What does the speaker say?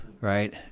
right